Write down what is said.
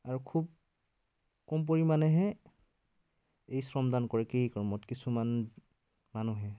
আৰু খুব কম পৰিমাণেহে এই শ্ৰমদান কৰে কৃষি কৰ্মত কিছুমান মানুহে